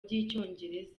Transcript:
by’icyongereza